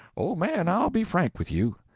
old man, i'll be frank with you.